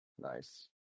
Nice